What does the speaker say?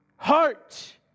Heart